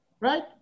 right